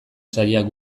sailak